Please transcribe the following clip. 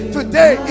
Today